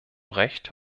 recht